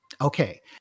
okay